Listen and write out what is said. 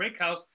Breakhouse